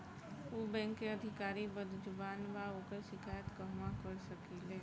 उ बैंक के अधिकारी बद्जुबान बा ओकर शिकायत कहवाँ कर सकी ले